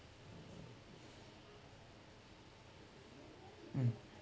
mm